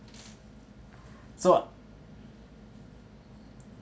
so